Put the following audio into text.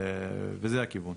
וזה הכיוון.